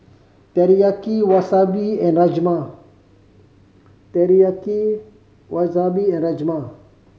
Teriyaki Wasabi and Rajma Teriyaki Wasabi and Rajma